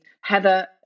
Heather